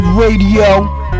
Radio